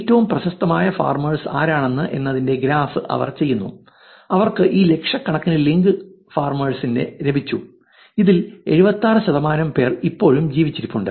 ഏറ്റവും പ്രശസ്തമായ ഫാർമേഴ്സ് ആരാണ് എന്നതിന്റെ ഗ്രാഫ് അവർ ചെയ്യുന്നു അവർക്ക് ഈ ലക്ഷക്കണക്കിന് ലിങ്ക് ഫാർമേഴ്സിനെ ലഭിച്ചു ഇതിൽ 76 ശതമാനം പേർ ഇപ്പോഴും ജീവിച്ചിരിപ്പുണ്ട്